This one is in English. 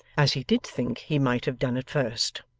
as he did think he might have done at first.